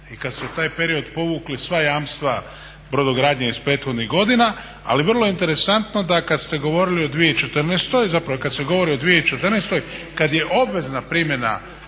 i kad su taj period povukli sva jamstva brodogradnje iz prethodnih godina, ali vrlo interesantno da kad ste govorili o 2014. zapravo kad se govori o 2014. kad je obvezna primjena